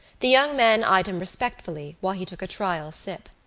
the young men eyed him respectfully while he took a trial sip.